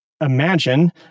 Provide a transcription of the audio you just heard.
imagine